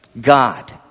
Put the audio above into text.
God